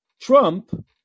Trump